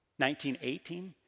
1918